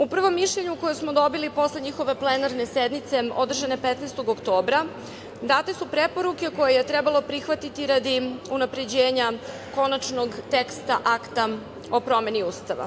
U prvom mišljenju koje smo dobili posle njihove plenarne sednice, održane 15. oktobra, date su preporuke koje je trebalo prihvatiti radi unapređenja konačnog teksta Akta o promeni Ustava.